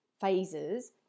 phases